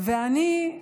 ואני,